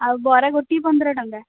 ଆଉ ବରା ଗୋଟିଏ ପନ୍ଦର ଟଙ୍କା